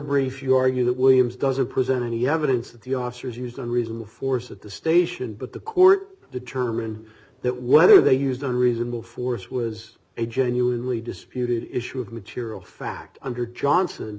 brief you argue that williams doesn't present any evidence that the officers used a reason the force at the station but the court determined that whether they used a reasonable force was a genuinely disputed issue of material fact under johnson